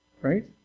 Right